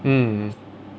mm